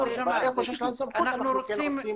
אבל איפה שיש לנו סמכות אנחנו כן עושים